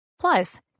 Plus